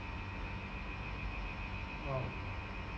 !wow!